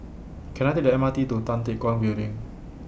Can I Take The M R T to Tan Teck Guan Building